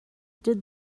did